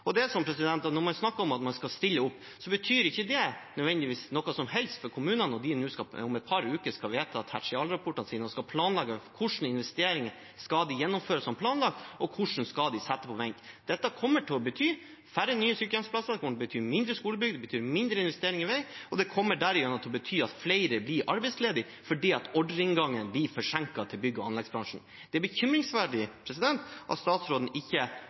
Når man snakker om at man skal stille opp, betyr ikke det nødvendigvis noe som helst for kommunene når de om et par uker skal vedta tertialrapportene sine og planlegge hvilke investeringer de skal gjennomføre som planlagt, og hvilke de skal sette på vent. Dette kommer til å bety færre nye sykehjemsplasser, det kommer til å bety færre skolebygg og mindre investeringer til vei, og det kommer derigjennom til å bety at flere blir arbeidsledige fordi ordreinngangen til bygg- og anleggsbransjen blir forsinket. Det er bekymringsfullt at statsråden ikke